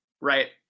Right